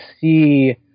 see